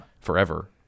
Forever